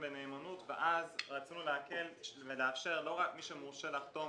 בנאמנות ואז רצינו להקל ולאפשר לא רק מי שמורשה לחתום